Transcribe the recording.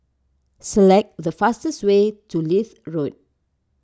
select the fastest way to Leith Road